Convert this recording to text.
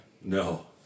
No